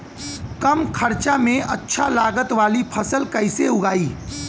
कम खर्चा में अच्छा लागत वाली फसल कैसे उगाई?